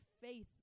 faith